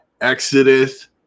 Exodus